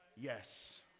Yes